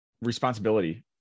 responsibility